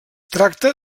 tracta